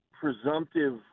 presumptive